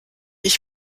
ich